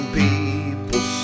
people